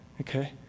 okay